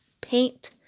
paint